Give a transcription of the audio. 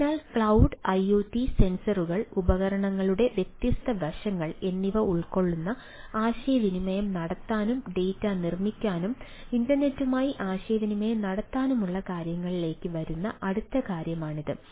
അതിനാൽ cloud IoT സെൻസറുകൾ ഉപകരണങ്ങളുടെ വ്യത്യസ്ത വശങ്ങൾ എന്നിവ ഉൾക്കൊള്ളുന്ന ആശയവിനിമയം നടത്താനും ഡാറ്റ നിർമ്മിക്കാനും ഇന്റർനെറ്റുമായി ആശയവിനിമയം നടത്താനുമുള്ള കാര്യങ്ങളിലേക്ക് വരുന്ന അടുത്ത കാര്യമാണിത്